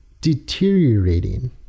deteriorating